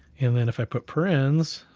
and then if i put parens,